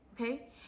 okay